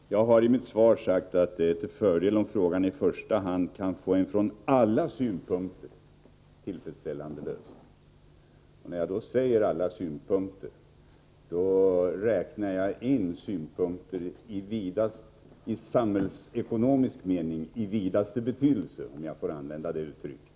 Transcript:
Herr talman! Jag har i mitt svar sagt att det ”är till fördel om frågan i första hand kan få en från alla synpunkter tillfredsställande lösning”. När jag säger ”alla synpunkter” räknar jag in synpunkter av samhällsekonomisk betydelse i vidaste mening, om jag får använda det uttrycket.